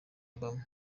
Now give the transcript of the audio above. obama